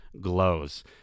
glows